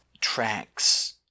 tracks